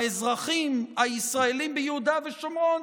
האזרחים הישראלים ביהודה ושומרון,